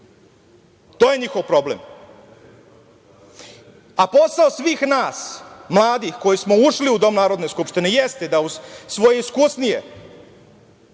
To je njihov problem.A posao svih nas mladih koji smo ušli u dom Narodne skupštine jeste da uz svoje iskusnije